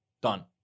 Done